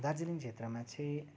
दार्जिलिङ क्षेत्रमा चाहिँ